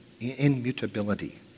Immutability